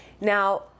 Now